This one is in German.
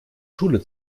schule